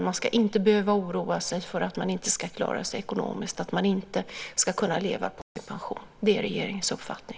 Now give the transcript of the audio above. Man ska inte behöva oroa sig för att inte klara sig ekonomiskt och inte kunna leva på sin pension. Det är regeringens uppfattning.